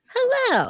Hello